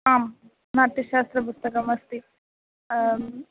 आं नाट्यशास्त्रपुस्तकमस्ति आम्